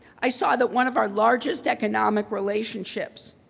i saw that one of our largest economic relationships,